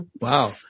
Wow